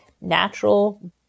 natural